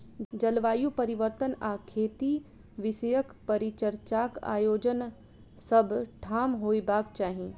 जलवायु परिवर्तन आ खेती विषयक परिचर्चाक आयोजन सभ ठाम होयबाक चाही